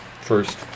first